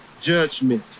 judgment